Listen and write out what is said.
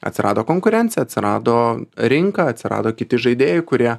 atsirado konkurencija atsirado rinka atsirado kiti žaidėjai kurie